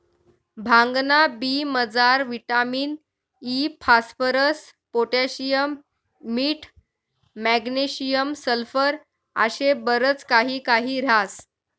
भांगना बी मजार विटामिन इ, फास्फरस, पोटॅशियम, मीठ, मॅग्नेशियम, सल्फर आशे बरच काही काही ह्रास